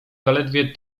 zaledwie